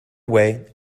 way